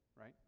right